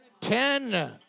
ten